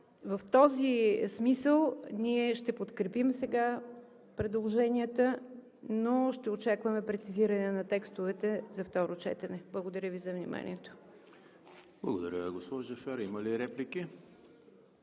В този смисъл ние ще подкрепим сега предложенията, но ще очакваме прецизиране на текстовете за второ четене. Благодаря Ви за вниманието. ПРЕДСЕДАТЕЛ ЕМИЛ ХРИСТОВ: Благодаря, госпожо Джафер. Има ли реплики?